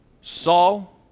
Saul